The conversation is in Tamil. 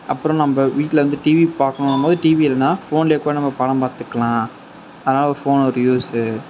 அப்பறோம் நம்ம வீட்டில் வந்து டிவி பார்க்குணும் போது டிவி இல்லைனா ஃபோன்லேயே கூடோ நம்ம படம் பார்த்துக்குலாம் அதனால் ஃபோன் இருக்கிறது ஒரு யூஸ்சு